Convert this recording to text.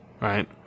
right